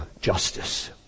justice